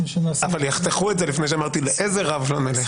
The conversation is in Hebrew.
אבל יחתכו את זה לפני שאמרתי לאיזה רב נלך.